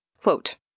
quote